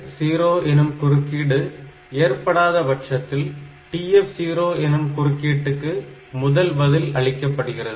INT0 எனும் குறுக்கீடு ஏற்படாத பட்சத்தில் TF0 எனும் குறுக்கீட்டுக்கு முதலில் பதில் அளிக்கப்படுகிறது